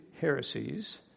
heresies